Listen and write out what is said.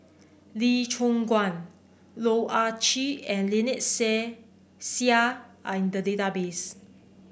Lee Choon Guan Loh Ah Chee and Lynnette Seah are in the database